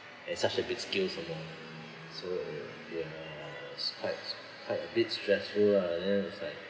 and such a big scale some more so ya it's quite it's quite a bit stressful lah and then I was like